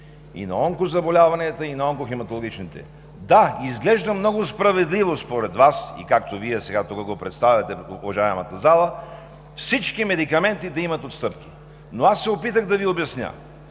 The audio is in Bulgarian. и на онкозаболяванията, и на онкохематологичните – да, изглежда много справедливо според Вас, както Вие сега тук го представяте пред уважаемата зала, всички медикаменти да имат отстъпки. Но аз се опитах да Ви обясня,